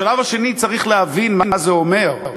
בשלב השני צריך להבין מה זה אומר,